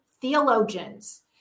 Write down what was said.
theologians